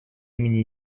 имени